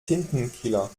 tintenkiller